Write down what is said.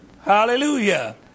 Hallelujah